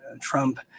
Trump